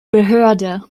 behörde